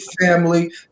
family